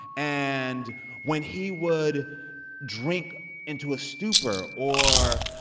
and when he would drink into a stupor or,